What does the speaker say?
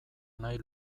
nahi